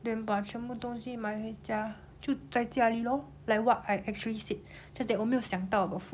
then 把全部东西买回家就在家里 lor like what I actually said just that 我没有想到 about food